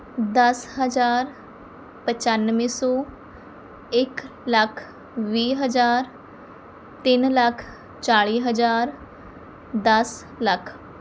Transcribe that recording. ਦਸ ਹਜ਼ਾਰ ਪਚਾਨਵੇ ਸੌ ਇੱਕ ਲੱਖ ਵੀਹ ਹਜ਼ਾਰ ਤਿੰਨ ਲੱਖ ਚਾਲੀ ਹਜ਼ਾਰ ਦਸ ਲੱਖ